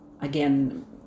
again